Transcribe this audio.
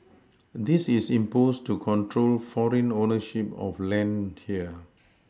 this is imposed to control foreign ownership of land here